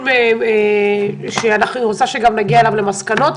אני רוצה שגם נגיע בו למסקנות.